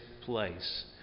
place